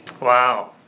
Wow